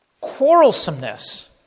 Quarrelsomeness